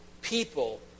people